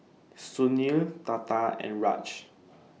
Sunil Tata and Raj